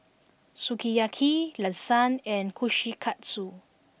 Sukiyaki Lasagne and Kushikatsu